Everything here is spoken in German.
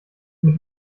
mit